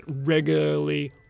regularly